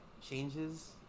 changes